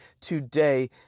today